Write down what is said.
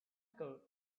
code